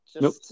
nope